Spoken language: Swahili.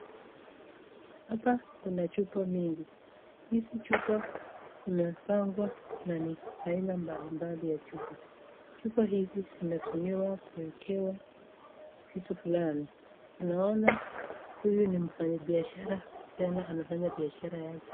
Hapa kuna chupa mingi. Hizi chupa zimepangwa na ni aina mbalimbali ya chupa. Chupa hizi zimetumiwa kuekewa vitu fulani. Tunaona huyu ni mfanyibiashara tena anafanyabiashara yake.